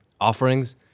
offerings